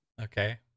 Okay